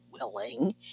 willing